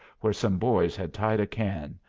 where some boys had tied a can,